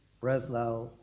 Breslau